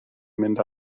mynd